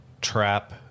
trap